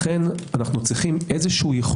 לכן אנו צריכים יכולת כלשהי,